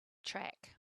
track